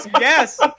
Yes